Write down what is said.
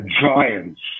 giants